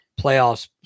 playoffs